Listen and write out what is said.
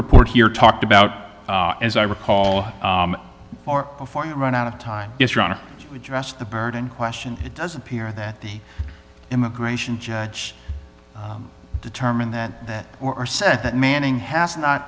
report here talked about as i recall or before you run out of time it's wrong to address the burden question it does appear that the immigration judge determined that that or said that manning has not